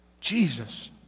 Jesus